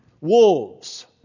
wolves